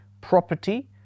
property